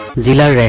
zero